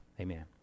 amen